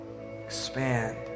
expand